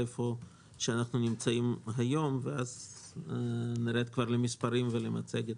היכן אנחנו נמצאים היום ואז נרד למספרים ולמצגת.